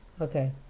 Okay